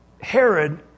Herod